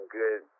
good